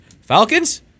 Falcons